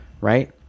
right